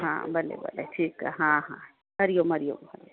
हा भले भले ठीकु आहे हा हा हरि ओम हरि ओम